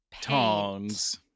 Tongs